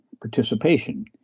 participation